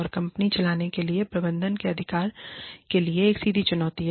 और कंपनी चलाने के लिए प्रबंधन के अधिकार के लिए एक सीधी चुनौती है